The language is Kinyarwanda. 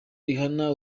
rihana